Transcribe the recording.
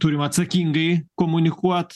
turim atsakingai komunikuot